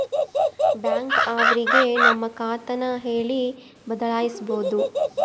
bank ಅವ್ರಿಗೆ ನಮ್ ಖಾತೆ ನ ಹೇಳಿ ಬದಲಾಯಿಸ್ಬೋದು